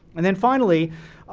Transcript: and then finally,